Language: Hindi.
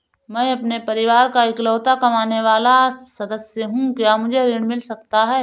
मैं अपने परिवार का इकलौता कमाने वाला सदस्य हूँ क्या मुझे ऋण मिल सकता है?